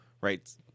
right